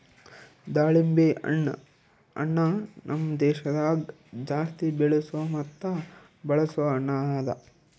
ದಾಳಿಂಬೆ ಹಣ್ಣ ನಮ್ ದೇಶದಾಗ್ ಜಾಸ್ತಿ ಬೆಳೆಸೋ ಮತ್ತ ಬಳಸೋ ಹಣ್ಣ ಅದಾ